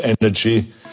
energy